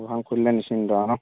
দোকানখন খুলিলে নিশ্চিন্ত আৰু ন